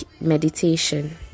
meditation